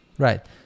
Right